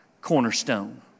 cornerstone